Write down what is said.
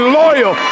loyal